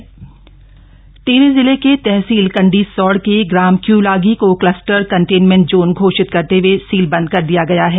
containment zone Tehri Tehri जिले के तहसील कंडीसौड़ के ग्राम क्यूलागी को क्लस्टर कन्टेनमेंट जोन घोषित करते हए सीलबंद कर दिया गया है